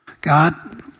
God